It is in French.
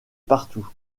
partout